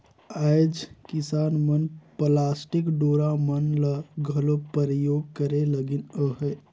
आएज किसान मन पलास्टिक डोरा मन ल घलो परियोग करे लगिन अहे